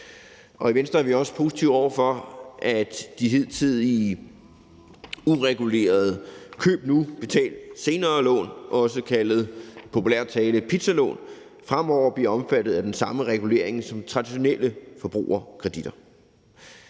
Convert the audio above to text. I Venstre er vi også positive over for, at de hidtidige uregulerede køb – betal senere-lån, også i populær tale kaldet pizzalån – nu fremover bliver omfattet af den samme regulering som de traditionelle forbrugerkreditter.